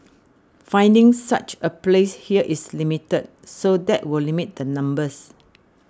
finding such a place here is limited so that will limit the numbers